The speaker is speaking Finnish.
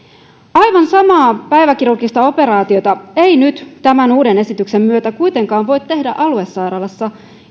aivan samaa päiväkirurgista operaatiota ei nyt tämän uuden esityksen myötä kuitenkaan voi tehdä aluesairaalassa